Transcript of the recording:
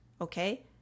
okay